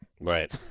Right